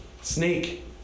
Snake